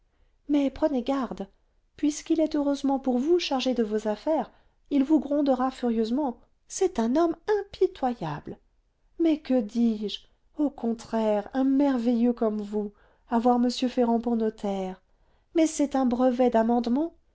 mais prenez garde puisqu'il est heureusement pour vous chargé de vos affaires il vous grondera furieusement c'est un homme impitoyable mais que dis-je au contraire un merveilleux comme vous avoir m ferrand pour notaire mais c'est un brevet d'amendement